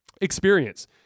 Experience